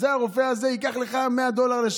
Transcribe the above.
וזה יהיה יותר זול.